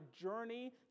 journey